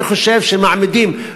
אני חושב שמעמידים,